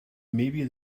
maybe